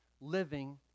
living